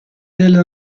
del